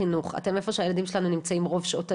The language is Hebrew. אתם איפה שהילדים שלנו נמצאים רוב שעות היום,